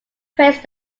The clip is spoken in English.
praised